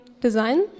Design